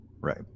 right